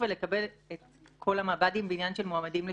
ולקבל את כל המב"דים בעניין של מועמדים לשפיטה.